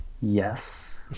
Yes